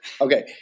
Okay